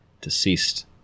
deceased